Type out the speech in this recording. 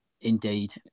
Indeed